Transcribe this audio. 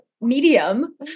medium